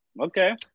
Okay